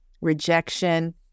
rejection